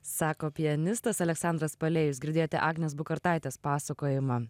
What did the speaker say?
sako pianistas aleksandras palėjus girdėjote agnės bukartaitės pasakojimą